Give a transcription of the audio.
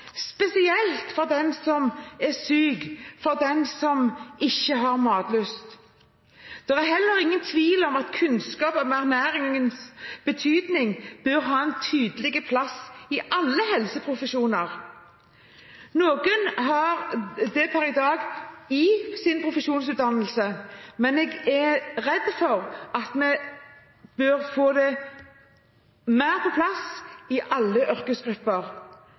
spesielt for den som er syk, for den som ikke har matlyst. Det er heller ingen tvil om at kunnskap om ernæringens betydning bør ha en tydelig plass i alle helseprofesjoner. Noen har det per i dag i sin profesjonsutdannelse, men jeg er redd vi bør få det mer på plass i alle yrkesgrupper.